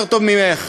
יודע יותר טוב ממך.